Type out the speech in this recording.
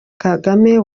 kagame